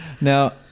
Now